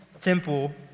temple